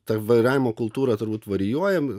ta vairavimo kultūra turbūt varijuoja